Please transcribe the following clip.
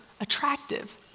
attractive